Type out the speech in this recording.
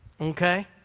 okay